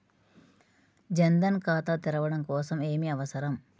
జన్ ధన్ ఖాతా తెరవడం కోసం ఏమి అవసరం?